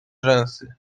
rzęsy